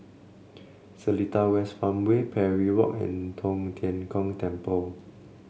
Seletar West Farmway Parry Walk and Tong Tien Kung Temple